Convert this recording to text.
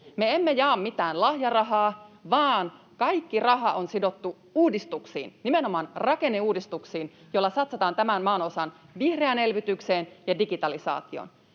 Me emme jaa mitään lahjarahaa, vaan kaikki raha on sidottu uudistuksiin, nimenomaan rakenneuudistuksiin, joilla satsataan tämän maanosan vihreään elvytykseen ja digitalisaatioon.